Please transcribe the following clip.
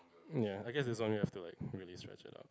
ya I guess it's only after like really stretch it out